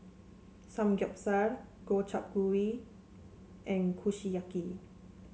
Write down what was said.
Samgyeopsal Gobchang Gui and Kushiyaki